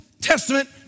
Testament